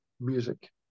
music